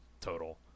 total